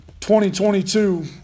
2022